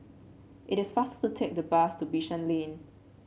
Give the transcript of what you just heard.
it is faster to take the bus to Bishan Lane